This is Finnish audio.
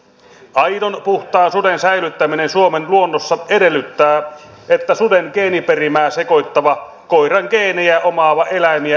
aidon puhtaan suden säilyttäminen suomen luonnossa edellyttää että suden geeniperimää sekoittavia koiran geenejä omaavia eläimiä ei luonnossa esiinny